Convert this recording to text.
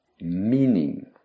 meaning